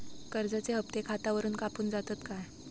कर्जाचे हप्ते खातावरून कापून जातत काय?